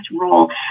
role